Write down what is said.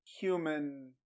human